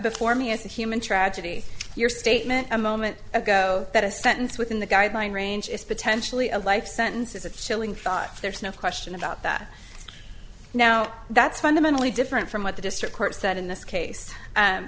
before me as a human tragedy your statement a moment ago that a sentence within the guideline range is potentially a life sentence is a chilling thought there's no question about that now that's fundamentally different from what the district court said in this case